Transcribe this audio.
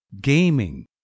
Gaming